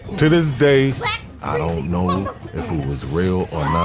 to this day i don't know was real or not.